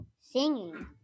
singing